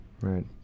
Right